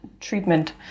treatment